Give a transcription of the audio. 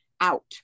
out